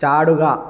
ചാടുക